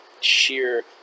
sheer